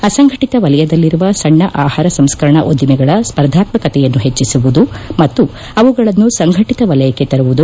ಅಸಂಘಟತ ವಲಯದಲ್ಲಿರುವ ಸಣ್ಣ ಆಪಾರ ಸಂಸ್ಕರಣಾ ಉದ್ದಿಮೆಗಳ ಸ್ಪರ್ಧಾತ್ಮಕತೆಯನ್ನು ಹೆಚ್ಚಿಸುವುದು ಮತ್ತು ಅವುಗಳನ್ನು ಸಂಘಟತ ವಲಯಕ್ಕೆ ತರುವುದು